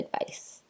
advice